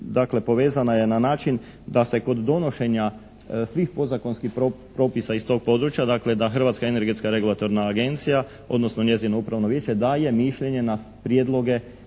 dakle povezana je na način da se kod donošenja svih podzakonskih propisa iz tog područja, da Hrvatska energetska regulatorna agencija odnosno njezino Upravno vijeće daje mišljenje na prijedloge